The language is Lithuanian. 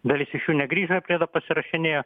dalis iš jų negrįžo ir priedo pasirašinėjo